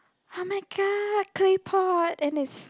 oh-my-god claypot and it's